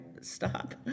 stop